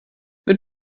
mit